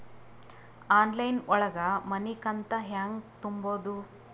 Online ಒಳಗ ಮನಿಕಂತ ಹ್ಯಾಂಗ ತುಂಬುದು?